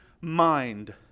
mind